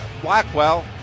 Blackwell